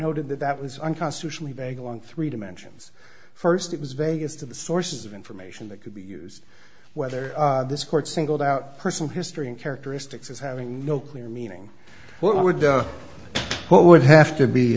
noted that that was unconstitutionally vague along three dimensions first it was vague as to the sources of information that could be used whether this court singled out personal history and characteristics as having no clear meaning what would be what would have to be